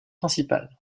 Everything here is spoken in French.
principale